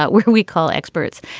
but what do we call experts?